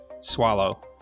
Swallow